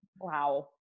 wow